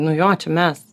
nu jo čia mes